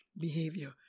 behavior